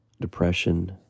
depression